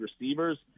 receivers